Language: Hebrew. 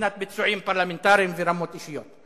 מבחינת ביצועים פרלמנטריים ורמות אישיות.